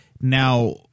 now